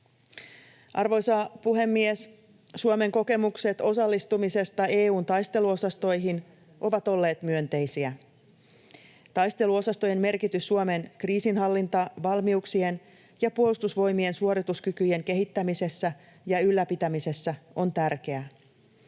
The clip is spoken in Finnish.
Arvoisa puhemies! Suomen kokemukset osallistumisesta EU:n taisteluosastoihin ovat olleet myönteisiä. Taisteluosastojen merkitys Suomen kriisinhallintavalmiuksien ja Puolustusvoimien suorituskykyjen kehittämisessä ja ylläpitämisessä on tärkeä.